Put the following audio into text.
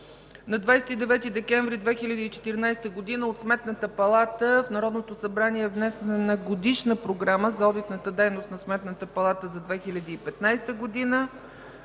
На 29 декември 2014 г. от Сметната палата в Народното събрание е внесена Годишна програма за одитната дейност на Сметната палата за 2015 г.